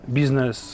business